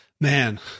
Man